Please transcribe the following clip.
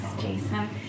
Jason